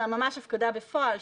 אלא ממש הפקדה בפועל,